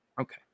Okay